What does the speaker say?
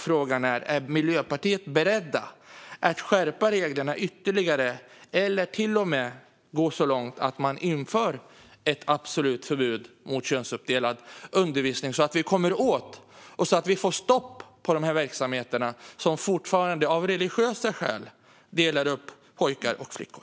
Frågan är: Är Miljöpartiet berett att skärpa reglerna ytterligare eller till och med gå så långt att man inför ett absolut förbud mot könsuppdelad undervisning så att vi kommer åt och får stopp på dessa verksamheter som fortfarande av religiösa skäl delar upp pojkar och flickor?